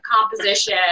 composition